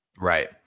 right